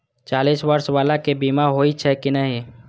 चालीस बर्ष बाला के बीमा होई छै कि नहिं?